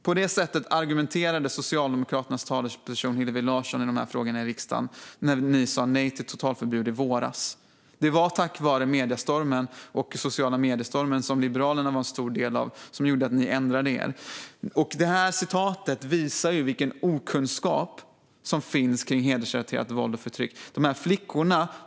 På det sättet argumenterade Socialdemokraternas talesperson Hillevi Larsson i dessa frågor i riksdagen när ni sa nej till totalförbud i våras. Det var stormen i sociala medier, som Liberalerna var en stor del av, som gjorde att ni ändrade er. Citatet visar vilken okunskap som finns kring hedersrelaterat våld och förtryck.